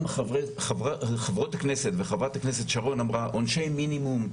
גם חברות הכנסת וחברת הכנסת שרון אמרה עונשי מינימום,